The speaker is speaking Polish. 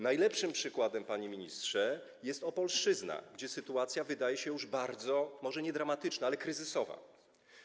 Najlepszym przykładem, panie ministrze, jest Opolszczyzna, gdzie sytuacja wydaje się już bardzo, może nie dramatyczna, ale kryzysowa.